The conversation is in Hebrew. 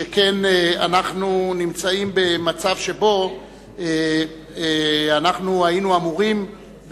שכן אנחנו נמצאים במצב שבו אנחנו היינו אמורים,